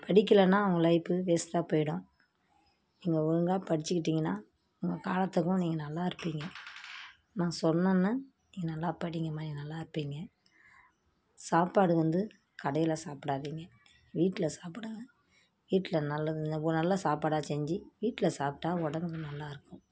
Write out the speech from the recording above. படிக்கிலேன்னா உன் லைப்பு வேஸ்ட்டாக போயிடும் நீங்கள் ஒழுங்காக படிச்சுக்கிட்டிங்கன்னா உங்கள் காலத்துக்கும் நீங்கள் நல்லா இருப்பீங்கள் நான் சொன்னேன்னு நீங்கள் நல்லா படிங்கம்மா நீங்கள் நல்லா இருப்பீங்கள் சாப்பாடு வந்து கடையில் சாப்பிடாதீங்க வீட்டில் சாப்பிடுங்க வீட்டில் நல்லதுக்கு தான் உ நல்ல சாப்பாடாக செஞ்சு வீட்டில் சாப்பிட்டா உடம்பு நல்லா இருக்கும்